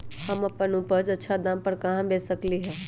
हम अपन उपज अच्छा दाम पर कहाँ बेच सकीले ह?